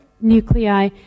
nuclei